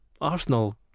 Arsenal